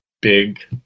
big